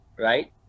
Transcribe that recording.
right